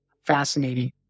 fascinating